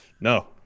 No